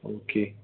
okay